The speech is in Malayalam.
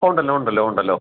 ഉണ്ടല്ലോ ഉണ്ടല്ലോ ഉണ്ടല്ലോ